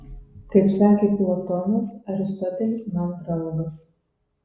kaip sakė platonas aristotelis man draugas